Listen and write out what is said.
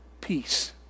peace